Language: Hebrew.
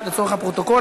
לבעד, לצורך הפרוטוקול.